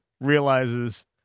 realizes